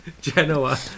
Genoa